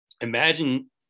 imagine